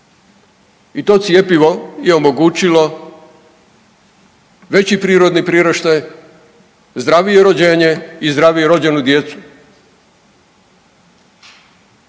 i to cjepivo je omogućilo veći prirodni priraštaj, zdravije rođenje i zdravije rođenu djecu